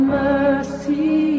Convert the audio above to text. mercy